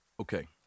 Okay